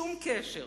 שום קשר.